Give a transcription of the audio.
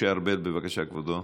משה ארבל, בבקשה, כבודו.